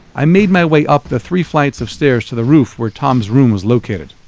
i made my way up the three flights of stairs to the roof where tom's room was located.